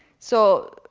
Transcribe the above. so,